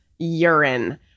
urine